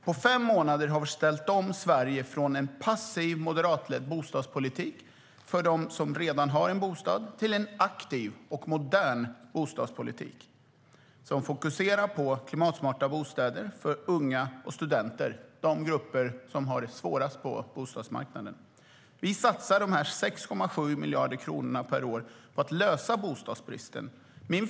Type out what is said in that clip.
På fem månader har vi ställt om Sverige från en passiv moderatledd bostadspolitik för dem som redan har en bostad till en aktiv och modern bostadspolitik som fokuserar på klimatsmarta bostäder för unga och studenter, de grupper som har det svårast på bostadsmarknaden. Vi satsar de här 6,7 miljarderna per år på att lösa bostadsbristen.